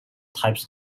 types